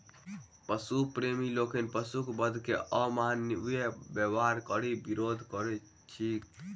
पशु प्रेमी लोकनि पशुक वध के अमानवीय व्यवहार कहि विरोध करैत छथि